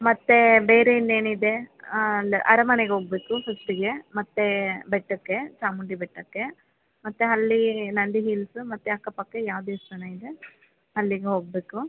ಮತ್ತೆ ಬೇರೆ ಇನ್ನೇನಿದೆ ಅಲ್ಲಿ ಅರಮನೆಗೆ ಹೋಗ್ಬೇಕು ಫಿಫ್ತಿಗೆ ಮತ್ತೆ ಬೆಟ್ಟಕ್ಕೆ ಚಾಮುಂಡಿ ಬೆಟ್ಟಕ್ಕೆ ಮತ್ತೆ ಅಲ್ಲಿ ನಂದಿ ಹೀಲ್ಸ್ ಮತ್ತೆ ಅಕ್ಕಪಕ್ಕ ಯಾವ ದೇವಸ್ಥಾನ ಇದೆ ಅಲ್ಲಿಗೆ ಹೋಗಬೇಕು